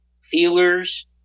feelers